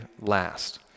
last